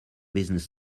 business